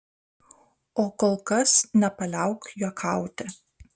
o kol kas nepaliauk juokauti